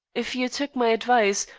if you took my advice,